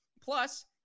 Plus